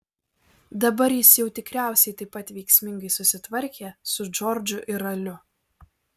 dabar jis jau tikriausiai taip pat veiksmingai susitvarkė su džordžu ir raliu